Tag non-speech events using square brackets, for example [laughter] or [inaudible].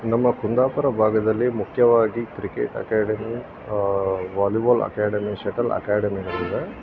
ನಮ್ಮ ಕುಂದಾಪುರ ಭಾಗದಲ್ಲಿ ಮುಖ್ಯವಾಗಿ cricket academy volleyball academy shuttle academy [unintelligible]